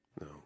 No